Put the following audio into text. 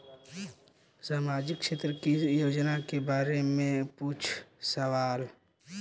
सामाजिक क्षेत्र की योजनाए के बारे में पूछ सवाल?